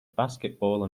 basketball